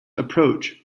approach